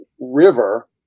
River